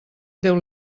déu